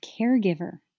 caregiver